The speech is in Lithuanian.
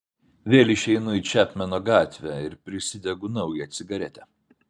vėl išeinu į čepmeno gatvę ir prisidegu naują cigaretę